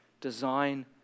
design